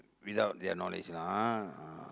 without their knowledge lah ah ah